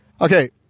Okay